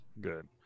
good